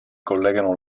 collegano